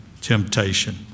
temptation